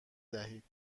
دهید